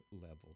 level